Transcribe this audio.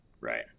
right